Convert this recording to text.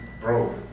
bro